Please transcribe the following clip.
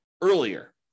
earlier